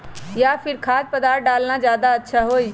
या फिर खाद्य पदार्थ डालना ज्यादा अच्छा होई?